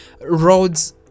roads